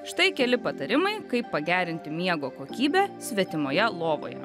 štai keli patarimai kaip pagerinti miego kokybę svetimoje lovoje